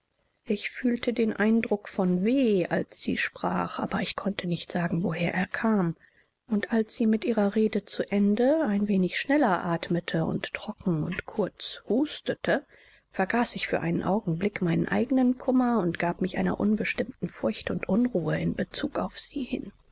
ich fühlte den eindruck von weh als sie sprach aber ich konnte nicht sagen woher er kam und als sie mit ihrer rede zu ende ein wenig schneller atmete und trocken und kurz hustete vergaß ich für einen augenblick meinen eigenen kummer und gab mich einer unbestimmten furcht und unruhe in bezug auf sie hin